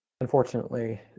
Unfortunately